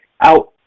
out